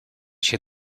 się